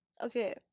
Okay